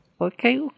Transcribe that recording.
okay